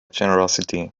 generosity